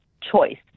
choice